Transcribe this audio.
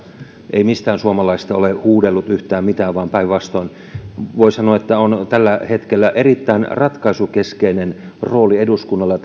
ei mistään suomalaisesta ole huudellut yhtään mitään vaan päinvastoin voi sanoa että on tällä hetkellä erittäin ratkaisukeskeinen rooli eduskunnalla ja